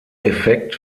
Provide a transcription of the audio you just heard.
effekt